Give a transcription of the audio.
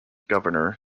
governor